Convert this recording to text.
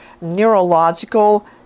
neurological